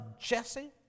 Jesse